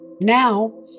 now